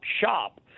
shop